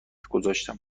گذاشتم